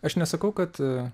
aš nesakau kad